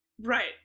Right